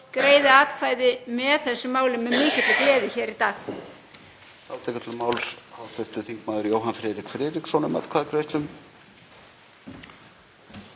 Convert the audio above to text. greiði atkvæði með þessu málum með mikilli gleði hér í dag.